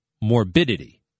morbidity